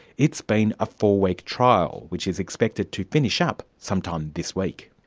it's been a four week trial, which is expected to finish ah up sometime this week.